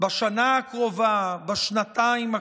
בשנה הקרובה, בשנתיים הקרובות.